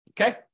Okay